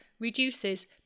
reduces